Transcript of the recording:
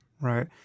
right